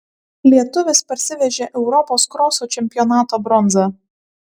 lietuvis parsivežė europos kroso čempionato bronzą